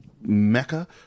mecca